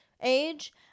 age